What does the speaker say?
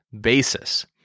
basis